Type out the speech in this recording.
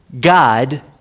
God